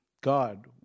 God